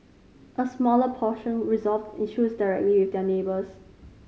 a smaller proportion resolved issues directly with their neighbours